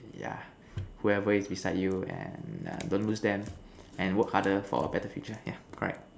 yeah whoever is beside you and err don't lose them and work harder for a better future yeah correct